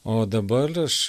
o dabar aš